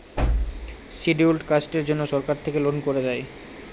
scheduled কাস্টের জন্য সরকার থেকে লোন করে দেয়